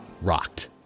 rocked